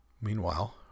Meanwhile